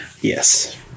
yes